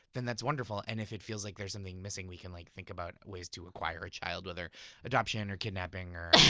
then that's wonderful, and if it feels like there's something missing we can like think about ways to acquire a child whether adoption or kidnapping, or